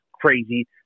Crazy